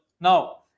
now